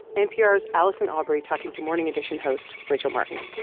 npr's allison aubrey talking to morning edition host rachel martin